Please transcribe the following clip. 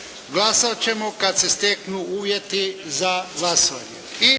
Glasat ćemo kad se steknu uvjeti za glasovanje.